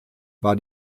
war